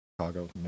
chicago